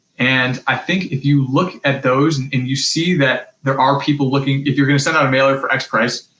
and i think if you look at those and and you see that there are people looking, if you're gonna send out a mailer for x price,